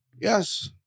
Yes